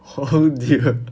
oh dear